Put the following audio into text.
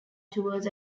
tours